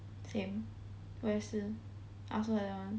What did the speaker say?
same 我也是 I also like that one